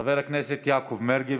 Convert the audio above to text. חבר הכנסת יעקב מרגי,